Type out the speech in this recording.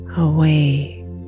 Away